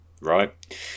right